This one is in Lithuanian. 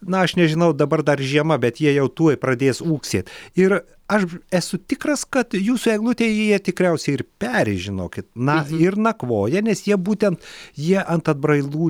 na aš nežinau dabar dar žiema bet jie jau tuoj pradės ūksėt ir aš esu tikras kad jūsų eglutėje jie tikriausiai ir peri žinokit na ir nakvoja nes jie būtent jie ant atbrailų